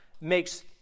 makes